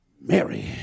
Mary